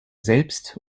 selbst